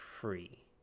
free